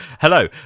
Hello